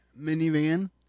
minivan